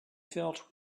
felt